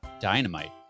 dynamite